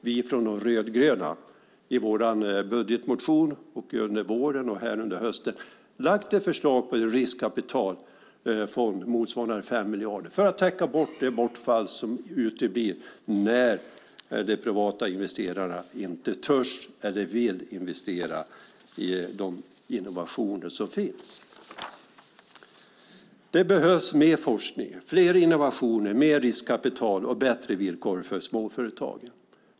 Vi från De rödgröna har i vår budgetmotion och under våren och under hösten lagt fram ett förslag om en riskkapitalfond motsvarande 5 miljarder för att täcka det bortfall som blir när de privata investerarna inte törs eller vill investera i de innovationer som finns. Det behövs mer forskning, fler innovationer, mer riskkapital och bättre villkor för småföretag.